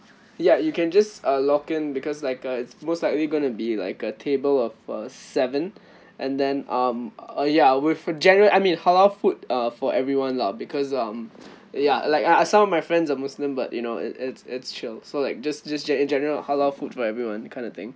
ya you can just uh lock in because like uh it's most likely gonna be like a table of uh seven and then um uh ya with general I mean halal food uh for everyone lah because um ya like I I some of my friends are muslim but you know it it's it's chill so like just just gene~ in general halal food for everyone kind of thing